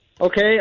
Okay